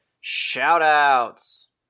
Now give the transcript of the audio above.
Shout-outs